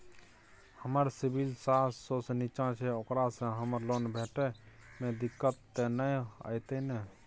हमर सिबिल सात सौ से निचा छै ओकरा से हमरा लोन भेटय में दिक्कत त नय अयतै ने?